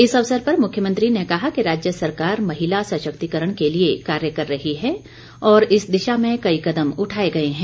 इस अवसर पर मुख्यमंत्री ने कहा कि राज्य सरकार महिला सशक्तिकरण के लिए कार्य कर रही है और इस दिशा में कई कदम उठाए गए हैं